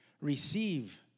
receive